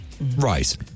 Right